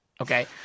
Okay